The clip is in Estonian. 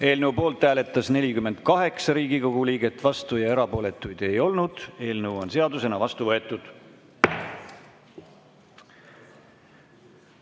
Eelnõu poolt hääletas 48 Riigikogu liiget, vastu oli 10, erapooletuid ei olnud. Eelnõu on seadusena vastu võetud.